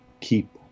keep